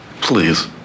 Please